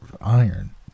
iron